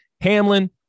Hamlin